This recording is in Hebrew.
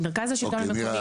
המרכז לשלטון המקומי,